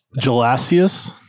Gelasius